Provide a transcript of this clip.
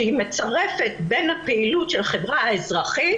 שהיא מצרפת בין הפעילות של החברה האזרחית